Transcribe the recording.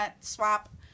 SWAP